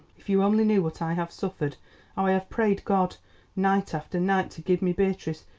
if you only knew what i have suffered, how i have prayed god night after night to give me beatrice,